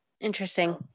interesting